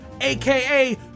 aka